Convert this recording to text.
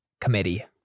committee